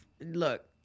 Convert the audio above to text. look